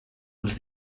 els